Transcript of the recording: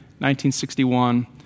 1961